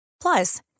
Plus